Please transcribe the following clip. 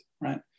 right